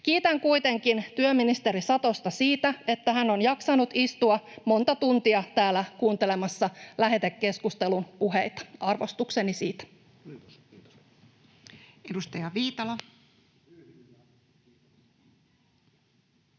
Kiitän kuitenkin työministeri Satosta siitä, että hän on jaksanut istua monta tuntia täällä kuuntelemassa lähetekeskustelupuheita. Arvostukseni siitä. [Kim